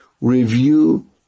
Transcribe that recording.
review